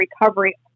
recovery